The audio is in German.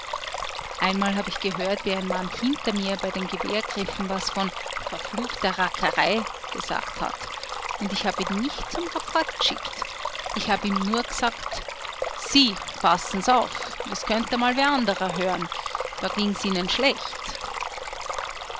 einmal hab ich gehört wie ein mann hinter mir bei den gewehrgriffen was von verfluchter rackerei g'sagt hat und ich hab ihn nicht zum rapport geschickt ich hab ihm nur gesagt sie passen s auf das könnt einmal wer anderer hören da ging's ihnen schlecht